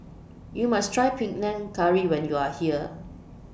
YOU must Try Panang Curry when YOU Are here